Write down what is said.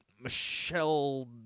Michelle